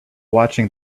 watching